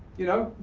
you know?